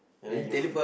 and then you